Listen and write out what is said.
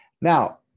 now